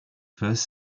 first